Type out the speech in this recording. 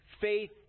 faith